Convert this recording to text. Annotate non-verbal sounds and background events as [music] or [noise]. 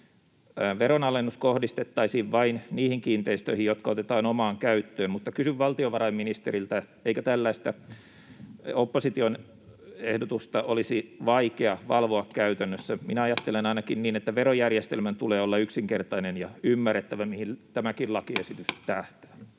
veronalennus kohdistettaisiin vain niihin kiinteistöihin, jotka otetaan omaan käyttöön, mutta kysyn valtiovarainministeriltä: eikö tällaista opposition ehdotusta olisi vaikea valvoa käytännössä? [noise] Minä ainakin ajattelen niin, että verojärjestelmän tulee olla yksinkertainen ja ymmärrettävä, mihin tämäkin lakiesitys